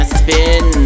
spin